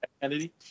Kennedy